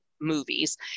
movies